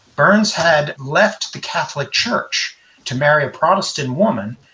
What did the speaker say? burns had left the catholic church to marry a protestant woman,